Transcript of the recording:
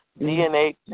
DNA